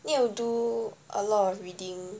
need do a lot of reading